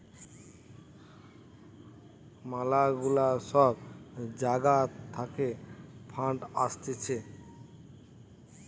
ম্যালা গুলা সব জাগা থাকে ফান্ড আসতিছে